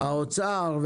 האוצר,